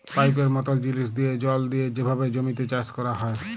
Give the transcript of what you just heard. পাইপের মতল জিলিস দিঁয়ে জল দিঁয়ে যেভাবে জমিতে চাষ ক্যরা হ্যয়